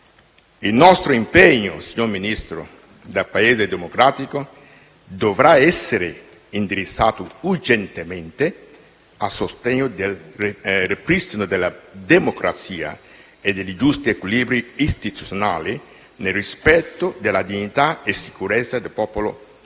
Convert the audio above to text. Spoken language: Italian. il nostro impegno, come Paese democratico, dovrà essere indirizzato urgentemente a sostegno del ripristino della democrazia e dei giusti equilibri istituzionali, nel rispetto della dignità e della sicurezza del popolo venezuelano.